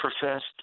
professed